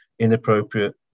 inappropriate